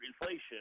inflation